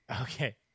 okay